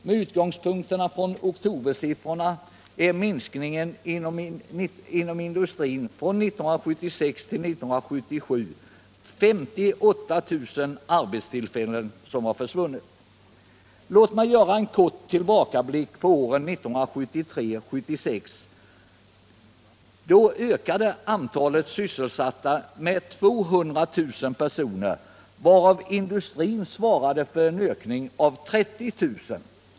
Med utgångspunkt i oktobersiffrorna kan man konstatera att 58 000 arbetstillfällen har försvunnit inom industrin från 1976 till 1977. Låt mig göra en kort tillbakablick på åren 1973-1976. Under denna tid ökade antalet sysselsatta med 200 000 personer; industrin svarade för en ökning med 30 000.